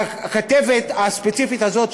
והכתבת הספציפית הזאת,